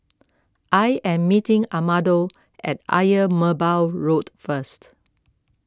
I am meeting Amado at Ayer Merbau Road first